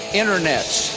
internets